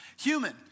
human